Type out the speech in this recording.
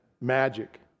Magic